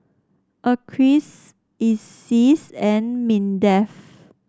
Acres Iseas and Mindef